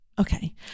okay